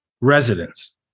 residents